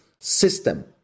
system